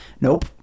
Nope